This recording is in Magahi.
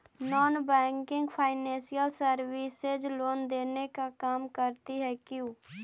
Non banking financial services loan देने का काम करती है क्यू?